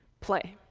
play!